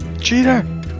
Cheater